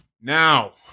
Now